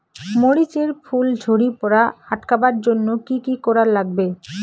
মরিচ এর ফুল ঝড়ি পড়া আটকাবার জইন্যে কি কি করা লাগবে?